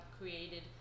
created